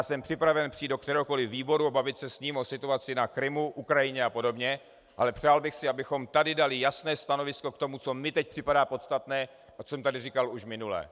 Jsem připraven přijít do kteréhokoli výboru a bavit se s ním o situaci na Krymu, Ukrajině a podobně, ale přál bych si, abychom tady dali jasné stanovisko k tomu, co mně teď připadá podstatné a co jsem tady říkal už minule.